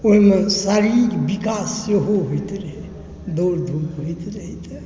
ओहिमे शारीरिक विकास सेहो होइत रहै दौड़ धुप होइत रहै तऽ